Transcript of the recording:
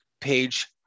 page